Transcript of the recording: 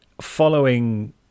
following